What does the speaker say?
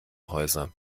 häuser